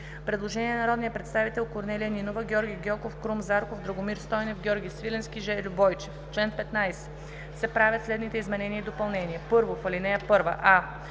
Предложение на народните представители Корнелия Нинова, Георги Гьоков, Крум Зарков, Драгомир Стойнев, Георги Свиленски, Жельо Бойчев: „В чл. 15 се правят следните изменения и допълнения: 1. в ал. 1: а)